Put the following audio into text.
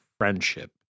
friendship